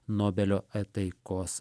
nobelio taikos